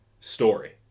Story